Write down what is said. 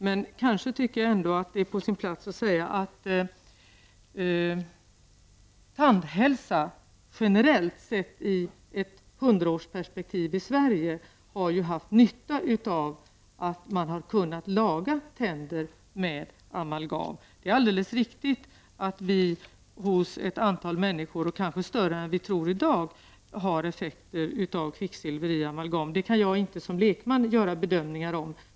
Men det kanske ändå är på sin plats att säga att tandhälsan i ett hundraårsperspektiv i Sverige generellt sett har haft nytta av att tänder har kunnat lagas med amalgam. Det är alldeles riktigt att det hos ett antal människor, och hos kanske ett större antal än vi tror i dag, finns effekter av kvicksilver i från amalgam. Det kan jag som lekman inte göra några bedömningar av.